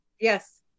Yes